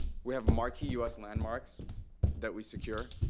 we have marquee u s. landmarks that we secure.